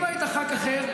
אם היית ח"כ אחר,